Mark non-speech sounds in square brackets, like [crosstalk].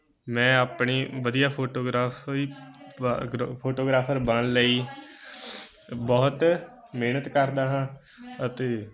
ਮੈਂ ਆਪਣੀ ਵਧੀਆ ਫੋਟੋਗ੍ਰਾਫੀ [unintelligible] ਫੋਟੋਗ੍ਰਾਫਰ ਬਣਨ ਲਈ ਬਹੁਤ ਮਿਹਨਤ ਕਰਦਾ ਹਾਂ ਅਤੇ